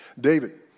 David